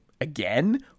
Again